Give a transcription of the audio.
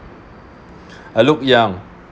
I looked young